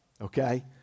okay